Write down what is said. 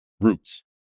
roots